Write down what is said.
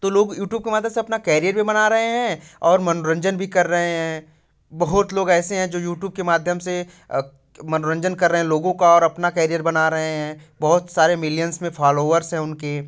तो लोग यूटूब के माध्यम से अपना कैरियर भी बना रहे हैं और मनोरंजन भी कर रहे हैं बहुत लोग ऐसे है जो यूटूब के माध्यम से मनोरंजन कर रहे हैं लोगों का और अपना कैरियर बना रहे हैं बहुत सारे मिलियंस में फालोवर्स हैं उनके